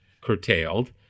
curtailed